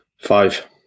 Five